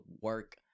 work